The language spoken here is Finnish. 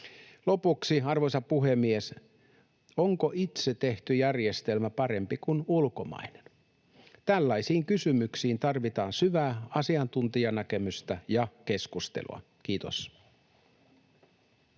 Lopuksi, arvoisa puhemies: Onko itse tehty järjestelmä parempi kuin ulkomainen? Tällaisissa kysymyksissä tarvitaan syvää asiantuntijanäkemystä ja keskustelua. — Kiitos.